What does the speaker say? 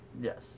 Yes